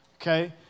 okay